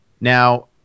Now